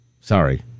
Sorry